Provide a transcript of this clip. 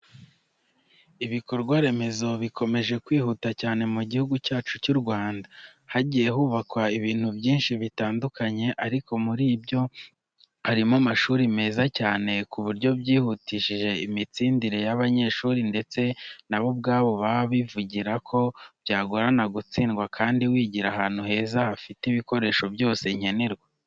Ibikorwa remezo bikomeje kwihuta cyane mu Gihugu cyacu cy'u Rwanda. Hagiye hubakwa ibintu byinshi bitandukanye ariko muri byo harimo amashuri meza cyane ku buryo byihutishije imitsindire y'abanyeshuri ndetse na bo ubwabo baba bivugira ko byagorana gutsindwa kandi wigira ahantu heza hafite n'ibikoresho byose nkenerwa.